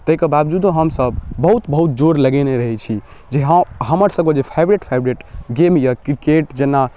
ताहिके बावजूदो हमसभ बहुत बहुत जोर लगेने रहै छी जे हँ हमरसभके जे फेवरेट फेवरेट गेम अइ किरकेट जेना